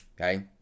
Okay